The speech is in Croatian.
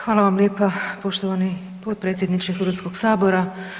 Hvala vam lijepa poštovani potpredsjedniče Hrvatskog sabora.